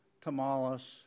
Tamales